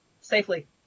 safely